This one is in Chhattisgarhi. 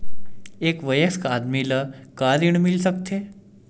एक वयस्क आदमी ला का ऋण मिल सकथे?